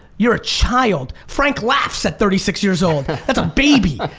you're a child. frank laughs at thirty six years old. that's a baby.